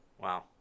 Wow